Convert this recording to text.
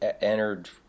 entered